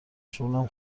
شغلم